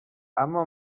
اما